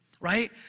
right